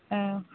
औ